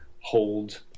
hold